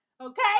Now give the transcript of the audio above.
Okay